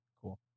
Cool